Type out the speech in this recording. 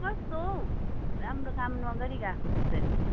कस्तो हौ राम्रो काम नगरी गएको त्यसरी